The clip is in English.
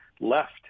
left